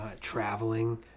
traveling